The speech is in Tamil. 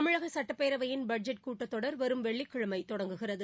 தமிழக சுட்டப்பேரவையின் பட்ஜெட் கூட்டத்தொடர் வரும் வெள்ளிக்கிழமை தொடங்குகிறது